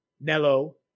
Nello